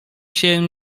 się